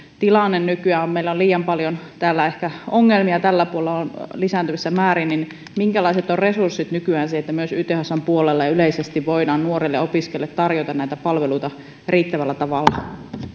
tilanne nykyään meillä on liian paljon ehkä ongelmia tällä puolella lisääntyvässä määrin niin minkälaiset ovat resurssit nykyään siihen että myös ythsn puolella ja yleisesti voidaan nuorelle opiskelijalle tarjota näitä palveluita riittävällä tavalla